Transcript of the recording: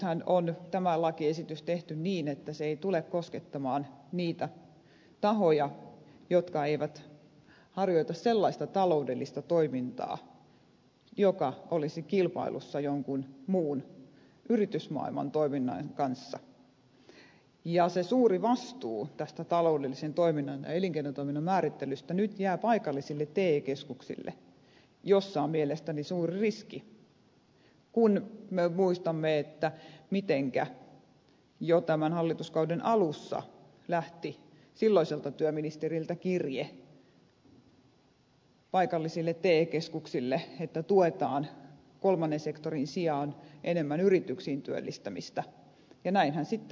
nythän on tämä lakiesitys tehty niin että se ei tule koskettamaan niitä tahoja jotka eivät harjoita sellaista taloudellista toimintaa joka olisi kilpailussa jonkun muun yritysmaailman toiminnan kanssa ja se suuri vastuu tästä taloudellisen toiminnan ja elinkeinotoiminnan määrittelystä nyt jää paikallisille te keskuksille missä on mielestäni suuri riski kun me muistamme mitenkä jo tämän hallituskauden alussa lähti silloiselta työministeriltä kirje paikallisille te keskuksille että tuetaan kolmannen sektorin sijaan enemmän yrityksiin työllistämistä ja näinhän sitten vaan kävi